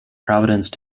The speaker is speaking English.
providence